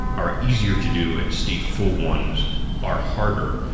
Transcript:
are easier to do, and stateful ones are harder.